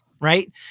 Right